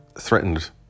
threatened